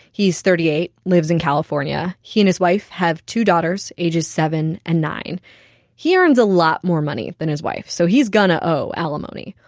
he's thirty eight lives in california. he and his wife have two daughters, ages seven and nine point he earns a lot more money than his wife, so he's going to owe alimony.